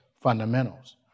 fundamentals